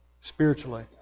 spiritually